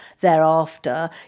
Thereafter